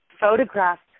photographed